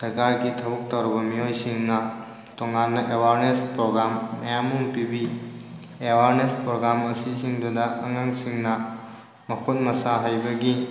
ꯁꯔꯀꯥꯔꯒꯤ ꯊꯕꯛ ꯇꯧꯔꯕ ꯃꯤꯑꯣꯏꯁꯤꯡꯅ ꯇꯣꯉꯥꯟꯅ ꯑꯦꯋꯥꯔꯅꯦꯁ ꯄ꯭ꯔꯣꯒ꯭ꯔꯥꯝ ꯃꯌꯥꯝ ꯑꯃ ꯄꯤꯕꯤ ꯑꯦꯋꯥꯔꯅꯦꯁ ꯄ꯭ꯔꯣꯒ꯭ꯔꯥꯝ ꯑꯁꯤꯁꯤꯡꯁꯤꯗꯨꯗ ꯑꯉꯥꯡꯁꯤꯡꯅ ꯃꯈꯨꯠ ꯃꯁꯥ ꯍꯩꯕꯒꯤ